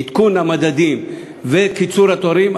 עדכון המדדים וקיצור התורים,